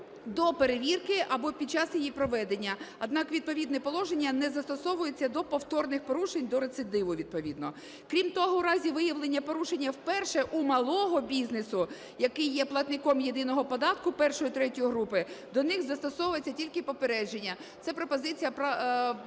до перевірки або під час її проведення. Однак відповідне положення не застосовується до повторних порушень, до рецидиву відповідно. Крім того, в разі виявлення порушення вперше у малого бізнесу, який є платником єдиного податку І-ІІІ групи, до них застосовується тільки попередження. Це пропозиція фракції